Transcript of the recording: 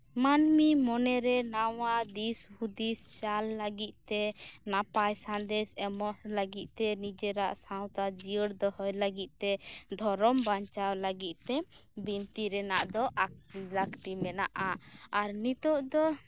ᱢᱟᱹᱱᱢᱤ ᱢᱚᱱᱮᱨᱮ ᱱᱟᱣᱟ ᱫᱤᱥ ᱦᱩᱫᱤᱥ ᱪᱟᱞ ᱞᱟᱹᱜᱤᱫ ᱛᱮ ᱱᱟᱯᱟᱭ ᱥᱟᱸᱫᱮᱥ ᱮᱢᱚᱜ ᱞᱟᱹᱜᱤᱫ ᱛᱮ ᱱᱤᱡᱮᱨᱟᱜ ᱥᱟᱶᱛᱟ ᱡᱤᱭᱟᱹᱲ ᱫᱚᱦᱚᱭ ᱞᱟᱹᱜᱤᱫ ᱛᱮ ᱫᱷᱚᱨᱚᱢ ᱵᱟᱧᱪᱟᱣ ᱞᱟᱹᱜᱤᱫ ᱛᱮ ᱵᱤᱱᱛᱤᱨᱮᱱᱟᱜ ᱫᱚ ᱟᱹᱰᱤ ᱞᱟᱹᱠᱛᱤ ᱢᱮᱱᱟᱜᱼᱟ ᱟᱨ ᱱᱤᱛᱚᱜ ᱫᱚ